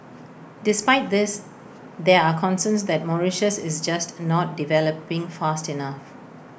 despite this there are concerns that Mauritius is just not developing fast enough